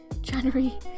January